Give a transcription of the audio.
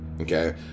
Okay